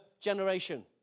generation